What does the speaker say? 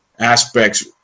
Aspects